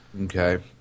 Okay